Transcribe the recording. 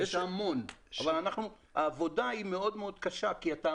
זה המון אבל העבודה היא מאוד מאוד קשה כי אתה